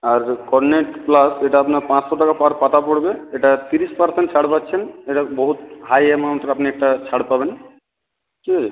আর করনেট প্লাস এটা আপনার পাঁচশো টাকা পার পাতা পড়বে এটা তিরিশ পারসেন্ট ছাড় পাচ্ছেন এটা বহুত হাই অ্যামাউন্টের আপনি একটা ছাড় পাবেন ঠিক আছে